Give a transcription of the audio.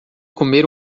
comer